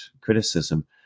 criticism